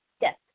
Yes